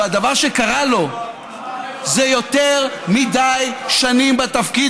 והדבר שקרה לו זה יותר מדי שנים בתפקיד,